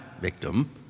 victim